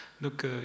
Donc